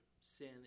sin